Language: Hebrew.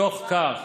בתוך כך